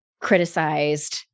criticized